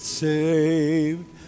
saved